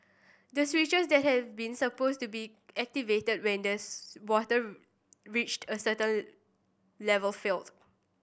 the switches that have been supposed to be activated when the water reached a certain level failed